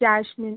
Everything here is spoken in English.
jasmine